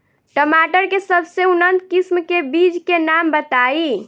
टमाटर के सबसे उन्नत किस्म के बिज के नाम बताई?